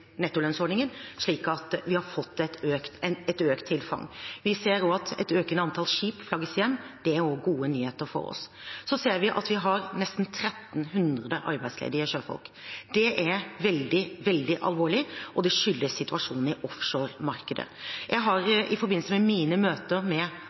nettolønnsordningen, slik at vi har fått et økt tilfang. Vi ser at et økende antall skip flagges hjem. Det er også gode nyheter for oss. Så ser vi at vi har nesten 1 300 arbeidsledige sjøfolk. Det er veldig, veldig alvorlig, og det skyldes situasjonen i offshoremarkedet. Jeg har i forbindelse med